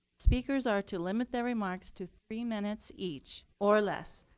speakers are to limit their remarks to three minutes each or less.